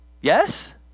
Yes